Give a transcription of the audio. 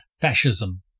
fascism